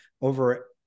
over